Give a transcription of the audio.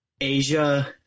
Asia